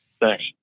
Thanks